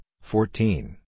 fourteen